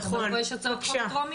אבל פה יש הצעות חוק טרומיות.